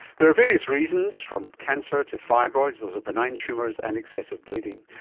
there are various reasons, from cancer to fibroids, those are benign tumours, and excessive bleeding.